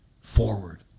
forward